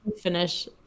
finish